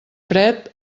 fred